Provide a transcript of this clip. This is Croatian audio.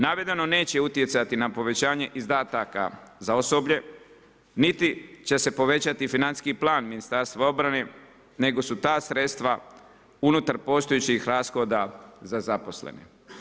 Navedeno neće utjecati na povećanje izdataka za osoblje, niti će se povećati financijski plan Ministarstva obrane, nego su ta sredstva unutar postojećih rashoda za zaposlene.